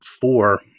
four